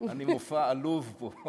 אני מופע עלוב פה,